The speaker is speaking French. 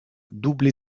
doublée